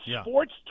sports